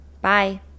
Bye